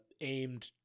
aimed